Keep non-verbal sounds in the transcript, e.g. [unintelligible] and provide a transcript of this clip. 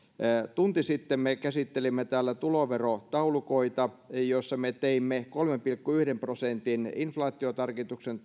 tunti sitten me käsittelimme täällä tuloverotaulukoita joihin me teimme kolmen pilkku yhden prosentin inflaatiotarkistuksen [unintelligible]